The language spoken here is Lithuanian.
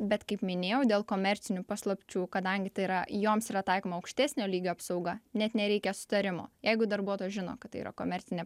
bet kaip minėjau dėl komercinių paslapčių kadangi tai yra joms yra taikoma aukštesnio lygio apsauga net nereikia sutarimo jeigu darbuotojas žino kad tai yra komercinė